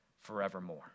forevermore